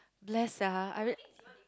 bless sia I really